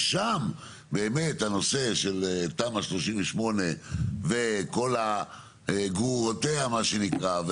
ששם באמת הנושא של תמ"א 38 וכל גרורותיה מה שנקרא,